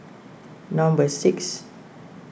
number six